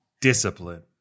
discipline